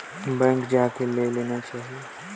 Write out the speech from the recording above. मोर PIN ला भुला गे हो एला कइसे करो?